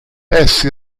essi